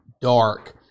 dark